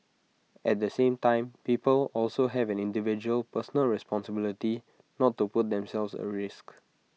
at the same time people also have an individual personal responsibility not to put themselves at risk